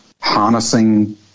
harnessing